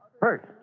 First